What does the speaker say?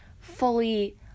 fully